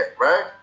right